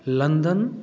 London